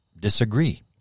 disagree